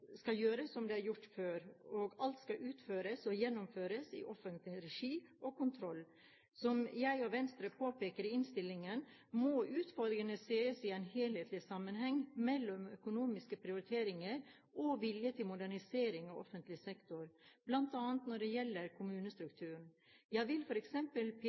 skal gjøres, skal gjøres som det er gjort før, og alt skal utføres og gjennomføres i offentlig regi og under offentlig kontroll. Som jeg og Venstre påpeker i innstillingen, må utfordringene ses i en helhetlig sammenheng mellom økonomiske prioriteringer og vilje til modernisering av offentlig sektor, bl.a. når det gjelder kommunestrukturen. Jeg vil